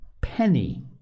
penny